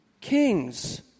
Kings